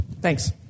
Thanks